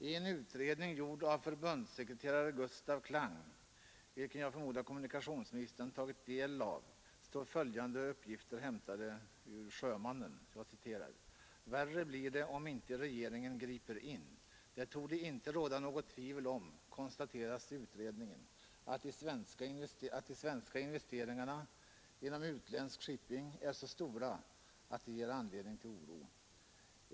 I en utredning gjord av förbundssekreterare Gustaf Klang, som jag förmodar att kommunikationsministern tagit del av, lämnas följande uppgifter hämtade ur Sjömannen: ”Värre blir det — om inte regeringen griper in. Det torde inte råda något tvivel om att de svenska investeringarna inom utländsk shipping är så stora att de ger anledning till oro.